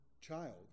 child